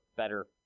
better